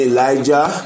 Elijah